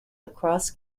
across